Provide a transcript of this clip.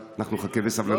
אז אנחנו נחכה בסבלנות.